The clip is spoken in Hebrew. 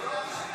היו"ר אישר.